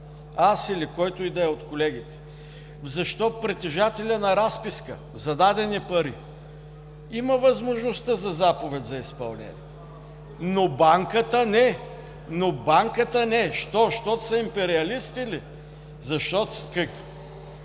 аз или който и да е от колегите, защо притежателят на разписка за дадени пари има възможността за заповед за изпълнение, но банката не? Но банката не! Защо? Защото са империалисти ли? Благодаря,